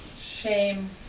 shame